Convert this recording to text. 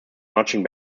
marching